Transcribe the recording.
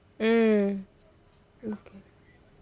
mm okay